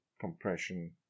compression